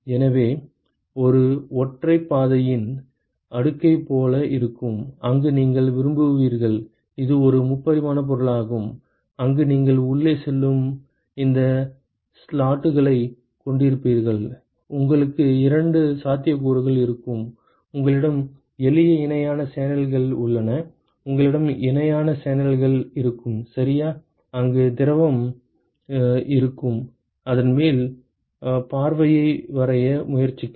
எனவே இது ஒற்றைப்பாதையின் அடுக்கைப் போல இருக்கும் அங்கு நீங்கள் விரும்புவீர்கள் இது ஒரு முப்பரிமாண பொருளாகும் அங்கு நீங்கள் உள்ளே செல்லும் இந்த ஸ்லாட்டுகளைக் கொண்டிருப்பீர்கள் உங்களுக்கு இரண்டு சாத்தியக்கூறுகள் இருக்கும் உங்களிடம் எளிய இணையான சேனல்கள் உள்ளன உங்களிடம் இணையான சேனல்கள் இருக்கும் சரியா அங்கு திரவம் இருக்கும் அதன் மேல் பார்வையை வரைய முயற்சிக்கவும்